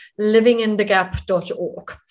livinginthegap.org